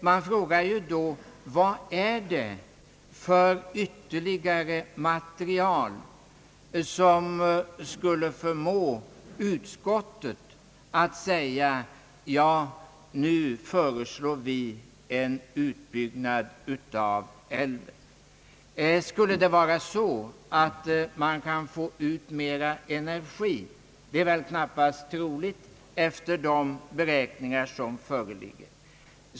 Man frågar då vad det är för ytterligare material som skulle förmå utskottet att i stället förorda en utbyggnad av älven, Kan det vara en eventuell möjlighet att få ut mera energi? Det är väl knappast troligt med tanke på de beräkningar som föreligger.